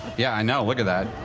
yeah, i know, look at that.